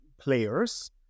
players